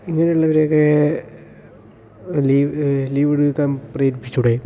ഇങ്ങനുള്ളവറെയൊക്കെ leave ലീവെടുക്കാൻ പ്രേരിപ്പിച്ചൂടെ